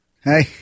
Hey